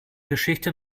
geschichte